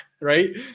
Right